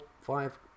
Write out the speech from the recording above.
five